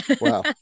Wow